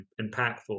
impactful